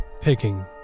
picking